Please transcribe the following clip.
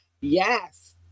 yes